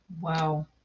Wow